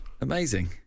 Amazing